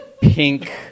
pink